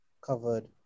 covered